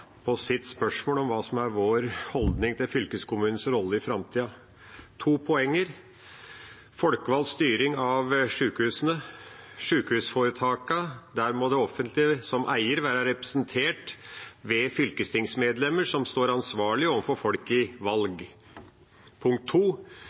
på sitt spørsmål om hva som er vår holdning til fylkeskommunens rolle i framtida. To poenger – punkt 1: folkevalgt styring av sykehusene, sykehusforetakene, der må det offentlige som eier være representert ved fylkestingsmedlemmer som står ansvarlig overfor folk i